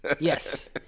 Yes